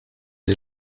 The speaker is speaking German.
der